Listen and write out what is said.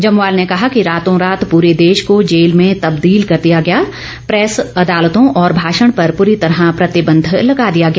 जम्वाल ने कहा कि रातो रात पूरे देश को जेल में तबदील कर दिया गया प्रैस अदालतों और भाषण पर पूरी तरह प्रतिबंध लगा दिया गया